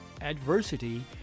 adversity